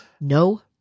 no